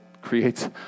creates